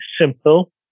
simple